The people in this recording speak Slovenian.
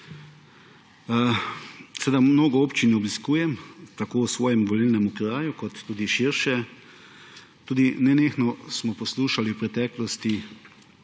Mnogo občin obiskujem tako v svojem volilnem okraju kot tudi širše, tudi nenehno smo poslušali v preteklosti